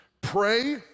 Pray